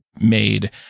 made